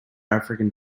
african